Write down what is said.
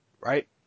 Right